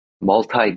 multi